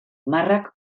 marrak